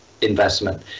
investment